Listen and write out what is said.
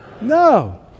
No